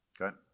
Okay